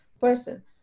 person